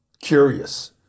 curious